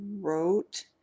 wrote